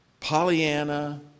Pollyanna